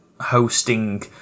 hosting